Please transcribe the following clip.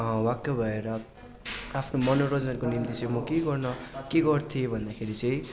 वाक्क भएर आफ्नो मनोरञ्जनको निम्ति चाहिँ म के गर्न के गर्थेँ भन्दाखेरि चाहिँ